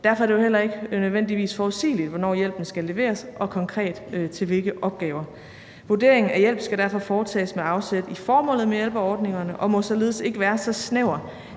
Derfor er det jo heller ikke nødvendigvis forudsigeligt, hvornår hjælpen skal leveres og konkret til hvilke opgaver. Vurderingen af hjælp skal derfor foretages med afsæt i formålet med hjælpeordningerne, og det må således ikke være så snævert,